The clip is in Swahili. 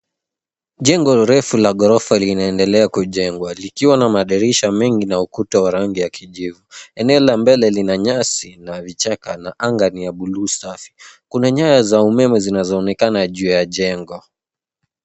Jengo refu la ghorofa linaendelea kujengwa likiwa na madirisha mengi na ukuta wa rangi ya kijivu. Eneo la mbele lina nyasi na vichaka na anga ni ya buluu safi. Kuna nyaya za umeme zinazoonekana juu ya jengo.